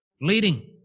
Leading